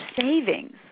savings